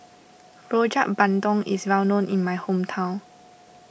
Rojak Bandung is well known in my hometown